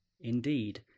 indeed